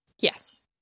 Yes